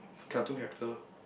there are two character